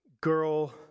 girl